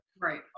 Right